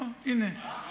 אולי